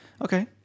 Okay